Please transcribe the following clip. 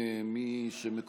אי-אפשר מפה,